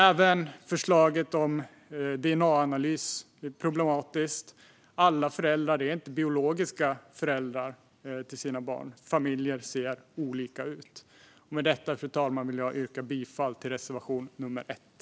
Även förslaget om dna-analys är problematiskt. Alla föräldrar är inte biologiska föräldrar till sina barn. Familjer ser olika ut. Med detta, fru talman, vill jag yrka bifall till reservation nummer 1.